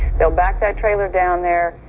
they'll back that trailer down there,